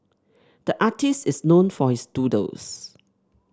the artist is known for his doodles